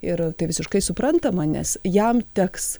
ir tai visiškai suprantama nes jam teks